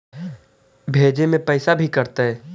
भेजे में पैसा भी कटतै?